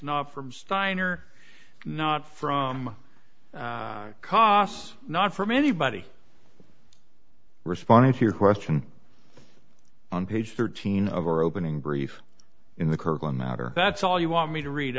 not from steiner not from kos not from anybody responding to your question on page thirteen of our opening brief in the kirkland matter that's all you want me to read